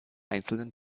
einzelnen